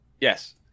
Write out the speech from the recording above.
Yes